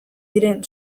diren